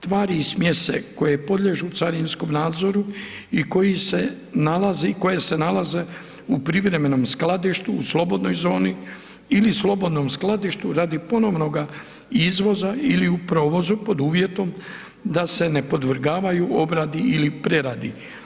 Tvari i smjese koje podliježu carinskom nadzoru i koji se nalazi, koje se nalaze u privremenom skladištu u slobodnoj zoni ili slobodnom skladištu radi ponovnoga izvoza ili u provozu, pod uvjetom da se ne podvrgavaju obradi ili preradi.